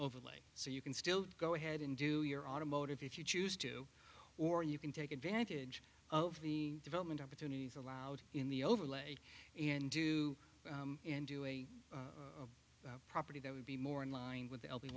overlay so you can still go ahead and do your automotive if you choose to or you can take advantage of the development opportunities allowed in the overlay and do and do a property that would be more in line with the